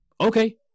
Okay